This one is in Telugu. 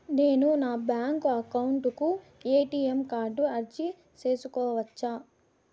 నేను నా బ్యాంకు అకౌంట్ కు ఎ.టి.ఎం కార్డు అర్జీ సేసుకోవచ్చా?